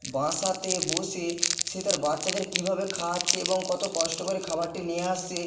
বাসাতে বসে সে তার বাচ্চাদের কীভাবে খাওয়াচ্ছে এবং কত কষ্ট করে খাবারটি নিয়ে আসছে